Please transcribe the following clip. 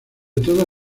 toda